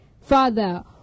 Father